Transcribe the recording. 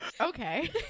okay